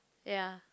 ya